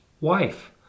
wife